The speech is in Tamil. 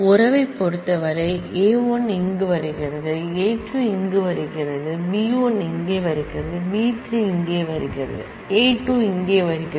உறவைப் பொறுத்தவரை α 1 இங்கு வருகிறது α 2 இங்கே வருகிறது β 1 இங்கே வருகிறது β 3 இங்கே வருகிறது α 2 இங்கே வருகிறது